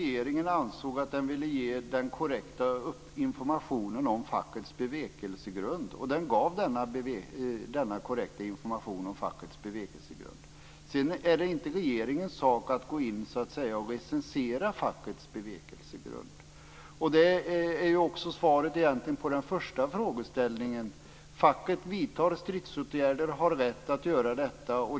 Fru talman! Det kan man göra därför att regeringen ansåg att den ville ge den korrekta informationen om fackets bevekelsegrund. Och den gav också denna korrekta information om fackets bevekelsegrund. Sedan är det inte regeringens sak att så att säga gå in och recensera fackets bevekelsegrund. Det är ju egentligen också svaret på den första frågeställningen. Facket vidtar stridsåtgärder och har rätt att göra detta.